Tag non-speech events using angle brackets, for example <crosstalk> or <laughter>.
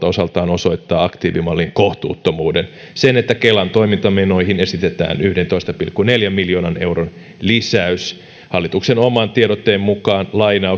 <unintelligible> osaltaan osoittaa aktiivimallin kohtuuttomuuden sen että kelan toimintamenoihin esitetään yhdentoista pilkku neljän miljoonan euron lisäys hallituksen oman tiedotteen mukaan